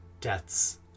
death's